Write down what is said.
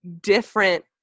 different